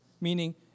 meaning